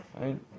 Right